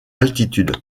altitude